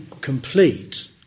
complete